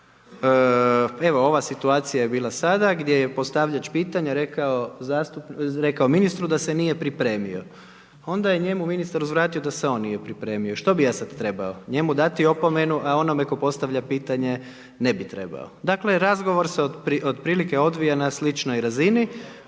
Eto ova situacija je bila sada, gdje je postavljač pitanja rekao ministru da se nije pripremio, onda je njemu ministar uzvratio da se on nije pripremio. Što bi ja sada trebao? Njemu dati opomenu, a onome tko postavlja pitanje, ne bi trebao. Dakle, razgovor se otprilike odvija na sličnoj razini,